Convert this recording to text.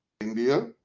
India